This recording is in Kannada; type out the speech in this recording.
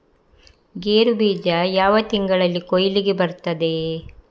ಗೇರು ಬೀಜ ಯಾವ ತಿಂಗಳಲ್ಲಿ ಕೊಯ್ಲಿಗೆ ಬರ್ತದೆ?